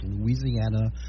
Louisiana